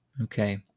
Okay